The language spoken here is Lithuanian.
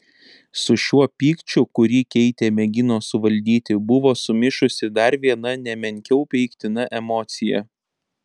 su šiuo pykčiu kurį keitė mėgino suvaldyti buvo sumišusi dar viena ne menkiau peiktina emocija